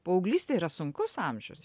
paauglystė yra sunkus amžius